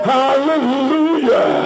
hallelujah